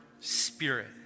spirit